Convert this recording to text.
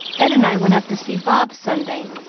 ed and i went up to see bob, sunday,